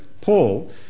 Paul